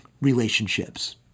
relationships